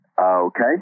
Okay